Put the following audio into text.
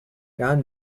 john